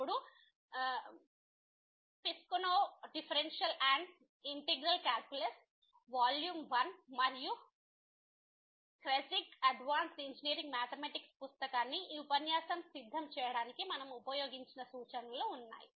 ఇప్పుడు Piskunov differential and integral calculus volume 1 మరియు Kreyszig advanced engineering mathematics పుస్తకాన్ని ఈ ఉపన్యాసం సిద్ధం చేయడానికి మనము ఉపయోగించిన సూచనలు ఉన్నాయి